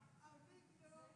התקציב.